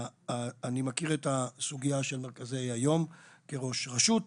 אני מכיר את הסוגיה של מרכזי היום כראש רשות,